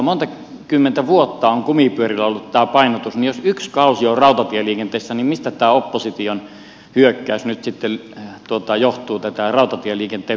monta kymmentä vuotta on kumipyörillä ollut tämä painotus niin että jos yksi kausi on rautatieliikenteessä mistä tämä opposition hyökkäys rautatieliikenteen painotusta kohtaan nyt sitten johtuu